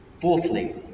Fourthly